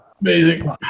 amazing